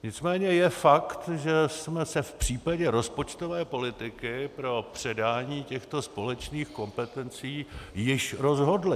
Nicméně je fakt, že jsme se v případě rozpočtové politiky pro předání těchto společných kompetencí již rozhodli.